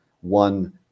one